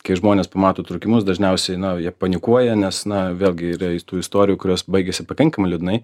kai žmonės pamato įtrūkimus dažniausiai nu jie panikuoja nes na vėlgi yra ir tų istorijų kurios baigėsi pakankamai liūdnai